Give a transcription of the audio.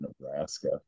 Nebraska